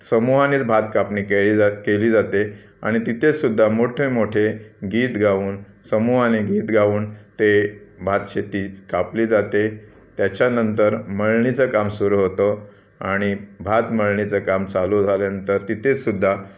समूहानेच भात कापणी केली जा केली जाते आणि तिथेसुद्धा मोठेमोठे गीत गाऊन समूहाने गीत गाऊन ते भात शेतीच कापली जाते त्याच्यानंतर मळणीचं काम सुरू होतं आणि भात मळणीचं काम चालू झाल्यानंतर तिथेसुद्धा